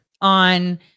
on